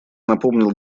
напомнил